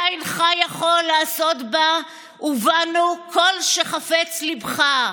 אתה אינך יכול לעשות בה ובנו כל שחפץ ליבך.